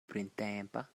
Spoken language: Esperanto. printempa